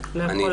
כן לכל ההצעה.